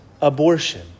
abortion